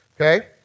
okay